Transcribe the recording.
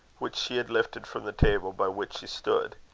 which she had lifted from the table by which she stood.